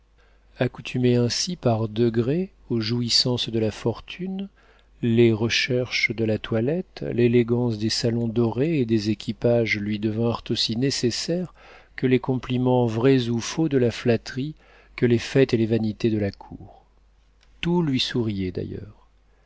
accoutumée ainsi par degrés aux jouissances de la fortune les recherches de la toilette l'élégance des salons dorés et des équipages lui devinrent aussi nécessaires que les compliments vrais ou faux de la flatterie que les fêtes et les vanités de la cour tout lui souriait d'ailleurs